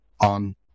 on